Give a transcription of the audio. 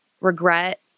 regret